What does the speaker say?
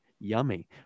yummy